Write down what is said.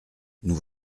nous